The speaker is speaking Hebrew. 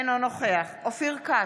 אינו נוכח אופיר כץ,